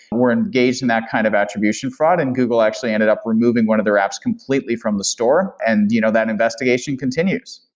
were engaged in that kind of attribution fraud and google actually ended up removing one of their apps completely from the store and you know that investigation continues.